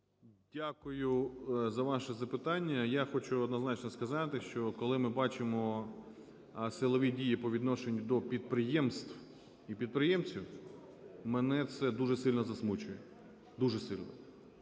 Дякую за ваше запитання. Я хочу однозначно сказати, що коли ми бачимо силові дії по відношенню до підприємств і підприємців, мене це дуже сильно засмучує, дуже сильно.